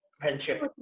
friendship